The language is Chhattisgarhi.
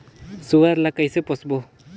सुअर ला कइसे पोसबो?